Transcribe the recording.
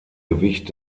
gewicht